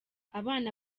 abana